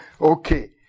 Okay